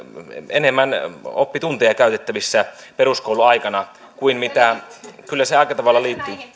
enemmän oppitunteja käytettävissä peruskouluaikana kyllä se aika tavalla liittyy